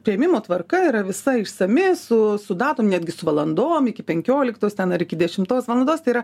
priėmimo tvarka yra visa išsami su su datom netgi su valandom iki tenkioliktos ten ar iki dešimtos valandos tai yra